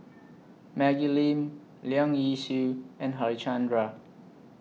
Maggie Lim Leong Yee Soo and Harichandra